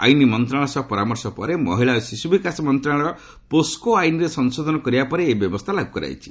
ଆଇନ୍ ମନ୍ତ୍ରଣାଳୟ ସହ ପରାମର୍ଶ ପରେ ମହିଳା ଓ ଶିଶୁ ବିକାଶ ମନ୍ତ୍ରଣାଳୟ ପୋସ୍କୋ ଆଇନ୍ରେ ସଂଶୋଧନ କରିବା ପରେ ଏହି ବ୍ୟବସ୍ଥା ଲାଗୁ କରାଯାଇଛି